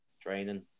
training